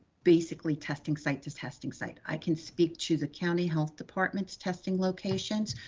basically testing site to testing site. i can speak to the county health department's testing locations.